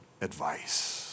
advice